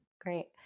great